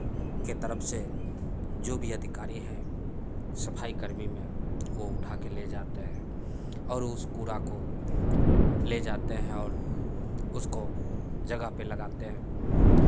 के तरफ से जो भी अधिकारी है सफाई कर्मी में वो उठा के ले जाते हैं और उस कूड़ा को ले जाते हैं और उसको जगह पे लगाते हैं